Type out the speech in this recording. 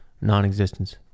non-existence